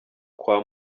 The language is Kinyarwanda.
kwa